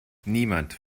niemand